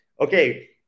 okay